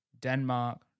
Denmark